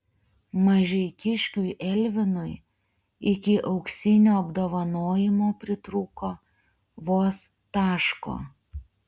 mažeikiškiui elvinui iki auksinio apdovanojimo pritrūko vos taško